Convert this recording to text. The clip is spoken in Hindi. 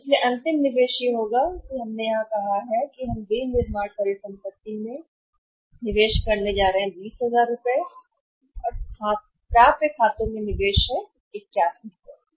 इसलिए अंतिम निवेश यह होगा कि हमने यहां कहा है निवेश हम विनिर्माण परिसंपत्ति में कर रहे हैं 20000 और खातों में निवेश प्राप्य 8100 सही है